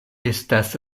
estas